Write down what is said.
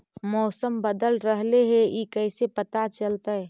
मौसम बदल रहले हे इ कैसे पता चलतै?